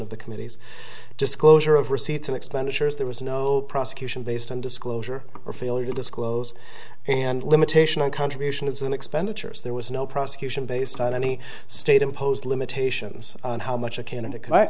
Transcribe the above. of the committees disclosure of receipts and expenditures there was no prosecution based on disclosure or failure to disclose and limitation on contributions and expenditures there was no prosecution based on any state imposed limitations on how much a candidate ca